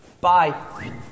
Bye